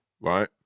Right